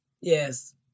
yes